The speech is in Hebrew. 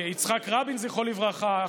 יצחק רבין זכרו לברכה,